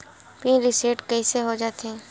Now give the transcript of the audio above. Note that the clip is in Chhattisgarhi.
पिन रिसेट कइसे हो जाथे?